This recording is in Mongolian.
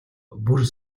бүр